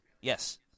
Yes